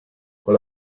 con